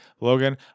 Logan